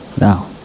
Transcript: Now